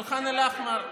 על ח'אן אל-אחמר ויתרתם,